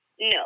No